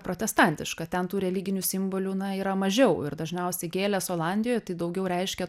protestantiška ten tų religinių simbolių na yra mažiau ir dažniausiai gėlės olandijoj tai daugiau reiškia